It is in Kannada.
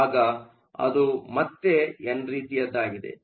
ಅಗ ಅದು ಮತ್ತೆ ಎನ್ ರೀತಿಯದ್ದಾಗಿದೆ